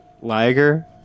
Liger